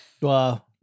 Wow